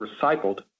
recycled